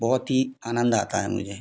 बहोत ही आनंद आता है मुझे